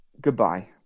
Goodbye